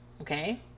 okay